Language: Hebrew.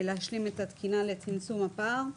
להשלים את התקינה לצמצום הפער.